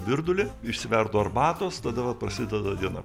virdulį išsiverdu arbatos tada prasideda diena